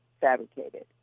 fabricated